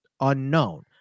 unknown